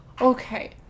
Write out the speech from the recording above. Okay